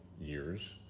years